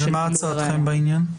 ומה הצעתכם בעניין?